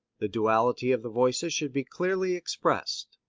the duality of the voices should be clearly expressed.